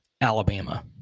Alabama